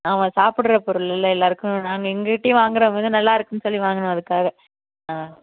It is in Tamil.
ஆமாம் சாப்பிடுற பொருள் இல்லை எல்லாேருக்கும் நாங்கள் எங்கள் கிட்டேயும் வாங்கிறவுங்க வந்து நல்லா இருக்குதுன்னு சொல்லி வாங்கணும் அதுக்காக ஆ